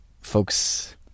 folks